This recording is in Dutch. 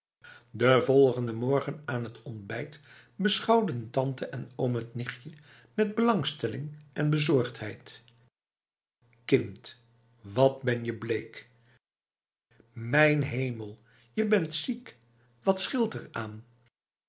de volgende morgen aan het ontbijt beschouwden tante en oom het nichtje met belangstelling en bezorgdheid kind wat ben je bleek mijn hemel je bent ziek wat scheelt eraan